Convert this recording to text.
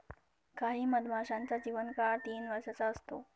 काही मधमाशांचा जीवन काळ तीन वर्षाचा असतो